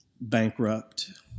bankrupt